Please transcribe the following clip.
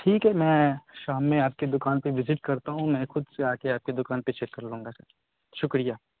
ٹھیک ہے میں شام میں آپ کے دوکان پہ وزٹ کرتا ہوں میں خود سے آ کے آپ کی دوکان پہ چیک کر لوں گا سر شکریہ